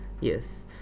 Yes